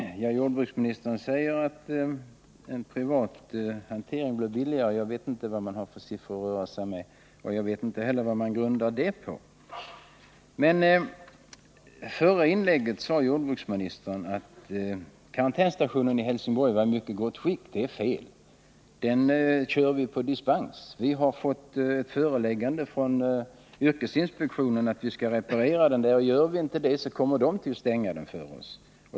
Fru talman! Jordbruksministern säger att en privat hantering blir billigare —jag vet inte vad han har för siffror att röra sig med, och jag vet inte heller vad han grundar det påståendet på. Men i sitt tidigare inlägg sade jordbruksministern att karantänsstationen i Helsingborg var i mycket gott skick. Det är fel. Vi kör karantänen på dispens. 157 Vi har fått föreläggande från yrkesinspektionen att vi skall reparera anläggningen. Gör vi inte det, kommer inspektionen att stänga den för oss.